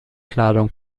kleidung